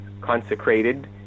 consecrated